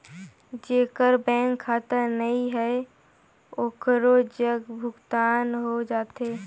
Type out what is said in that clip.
जेकर बैंक खाता नहीं है ओकरो जग भुगतान हो जाथे?